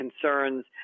concerns